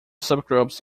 subgroups